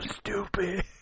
stupid